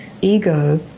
ego